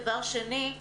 דבר שני,